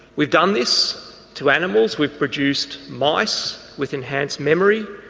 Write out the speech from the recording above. we've done this to animals we've produced mice with enhanced memory,